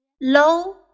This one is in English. low